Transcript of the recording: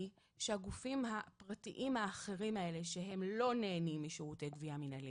היו משאירים את המידע בתוך העירייה אבל הם לא משאירים את